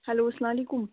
hello سَلام علیکُم